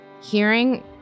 Hearing